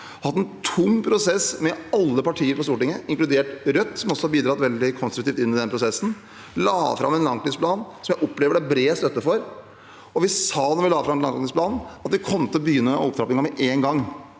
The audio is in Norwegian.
Vi har hatt en tung prosess med alle partier på Stortinget, inkludert Rødt, som også har bidratt veldig konstruktivt inn i den prosessen. Vi la fram en langtidsplan, som jeg opplever det er bred støtte for. Da vi la fram langtidsplanen, sa vi at vi kom til å begynne opptrappingen med en gang,